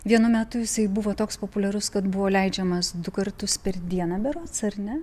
vienu metu jisai buvo toks populiarus kad buvo leidžiamas du kartus per dieną berods ar ne